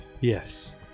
Yes